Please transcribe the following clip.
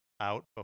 out